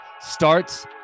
starts